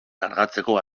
kargatzeko